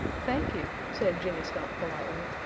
thank you, said jimmy skunk politely.